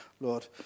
Lord